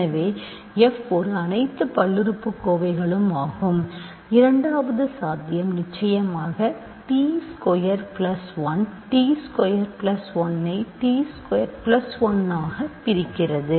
எனவே f ஒரு அனைத்து பல்லுறுப்புக்கோவைகளும் ஆகும் இரண்டாவது சாத்தியம் நிச்சயமாக t square plus 1 t square plus 1ஐ t ஸ்கொயர் பிளஸ் 1 ஆக பிரிக்கிறது